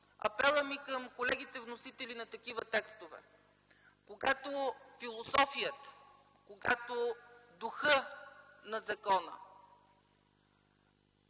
апелът ми към колегите вносители на такива текстове е: когато философията, когато духът на закона